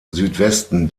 südwesten